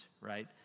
right